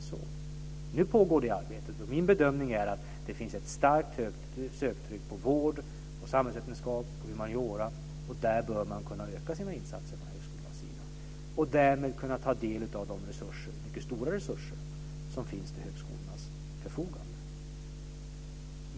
Nu pågår detta arbete. Min bedömning är att det finns ett starkt söktryck på vård, samhällsvetenskap och humaniora, och där bör högskolorna kunna öka sina insatser och därmed kunna ta del av de mycket stora resurser som finns till högskolornas förfogande.